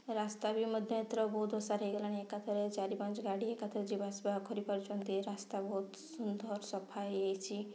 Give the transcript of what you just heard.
ରାସ୍ତା ବି ମଧ୍ୟ ଏଥର ବହୁତ ଓସାର ହେଇଗଲାଣି ଏକାଥରେ ଚାରି ପାଞ୍ଚ ଗାଡ଼ି ଏକାଥରେ ଯିବା ଆସିବା କରିପାରୁଛନ୍ତି ରାସ୍ତା ବହୁତ ସୁନ୍ଦର ସଫା ହେଇଛି